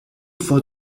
for